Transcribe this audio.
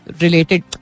related